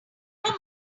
money